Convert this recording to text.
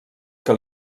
que